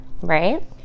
right